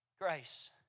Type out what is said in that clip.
Grace